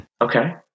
okay